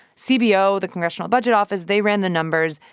cbo the congressional budget office they ran the numbers,